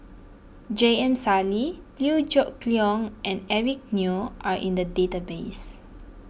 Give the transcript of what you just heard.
J M Sali Liew Geok Leong and Eric Neo are in the database